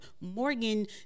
Morgan